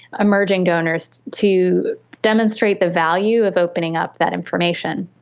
emerging donors to demonstrate the value of opening up that information,